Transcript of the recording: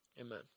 Amen